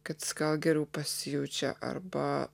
kad gal geriau pasijaučia arba